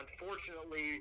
Unfortunately